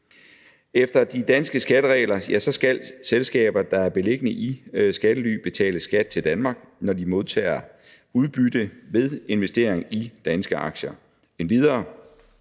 Efter de danske skatteregler skal selskaber, der er beliggende i skattely, betale skat til Danmark, når de modtager udbytte ved investering i danske aktier.